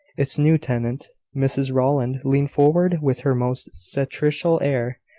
its new tenant, mrs rowland leaned forward with her most satirical air,